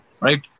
right